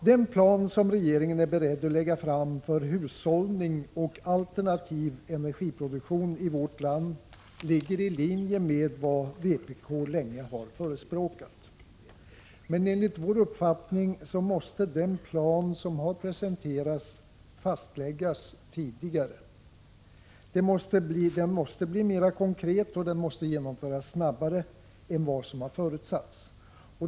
Den plan som regeringen är beredd att lägga fram för hushållning och alternativ energiproduktion i vårt land ligger i linje med vad vpk länge har förespråkat. Men enligt vår uppfattning måste den plan som har presenterats fastläggas tidigare. Den måste bli mera konkret och den måste genomföras snabbare än vad som har förutsatts.